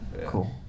Cool